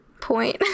point